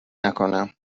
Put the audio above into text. نکنم